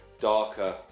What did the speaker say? darker